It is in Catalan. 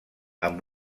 amb